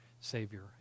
Savior